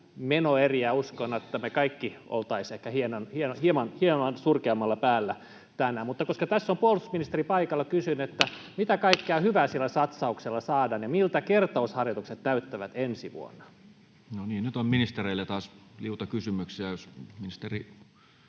näitä menoeriä me kaikki oltaisiin ehkä hieman surkeammalla päällä tänään. Koska tässä on puolustusministeri paikalla, kysyn: mitä kaikkea hyvää sillä satsauksella saadaan, ja miltä kertausharjoitukset näyttävät ensi vuonna? No niin. — Nyt on ministereille taas liuta kysymyksiä. Jospa ministeri